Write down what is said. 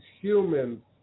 humans